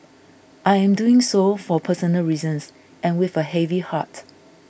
I am doing so for personal reasons and with a heavy heart